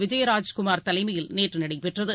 விஜயராஜ்குமார் தலைமையில் நேற்றுநடைபெற்றது